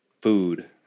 food